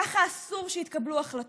אסור שיתקבלו ככה החלטות.